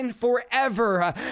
forever